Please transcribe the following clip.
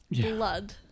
Blood